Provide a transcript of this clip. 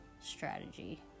strategy